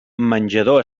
menjador